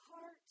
heart